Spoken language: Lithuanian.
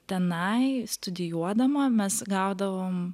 tenai studijuodama mes gaudavom